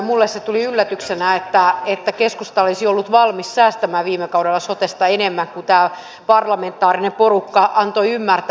minulle se tuli yllätyksenä että keskusta olisi ollut valmis säästämään viime kaudella sotesta enemmän kuin tämä parlamentaarinen porukka antoi ymmärtää